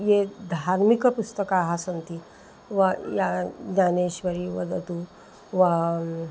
ये धार्मिकपुस्तकानि सन्ति वा या ज्ञानेश्वरी वदतु वा